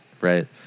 right